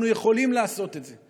אנחנו יכולים לעשות את זה.